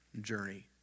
journey